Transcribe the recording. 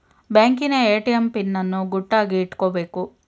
ಬ್ಯಾಂಕಿನ ATM PIN ಅನ್ನು ಗುಟ್ಟಾಗಿ ಇಟ್ಕೊಬೇಕು